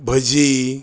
भजी